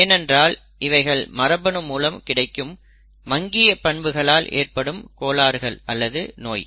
ஏனென்றால் இவைகள் மரபணு மூலம் கிடைக்கும் மங்கிய பண்புகளால் ஏற்படும் கோளாறுகள் அல்லது நோய்